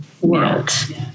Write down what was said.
world